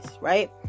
right